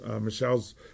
Michelle's